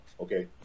okay